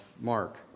Mark